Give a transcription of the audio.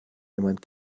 jemand